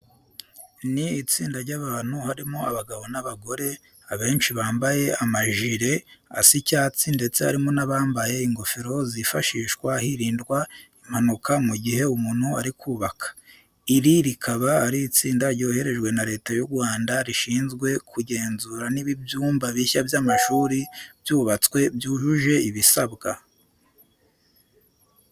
Ni itsinda ry'abantu harimo abagabo n'abagore, abenshi bambaye amajire asa icyatsi ndetse harimo n'abambaye ingofero zifashishwa hirindwa impanuka mu gihe umuntu ari kubaka. Iri rikaba ari itsinda ryoherejwe na Leta y'u Rwanda rishinzwe kugenzura niba ibyumba bishya by'amashuri byubatswe byujuje ibisabwa.